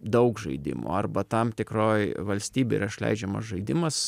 daug žaidimų arba tam tikroj valstybėj yra išleidžiamas žaidimas